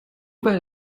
weil